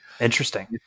interesting